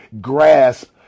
grasp